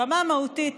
ברמה המהותית,